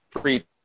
free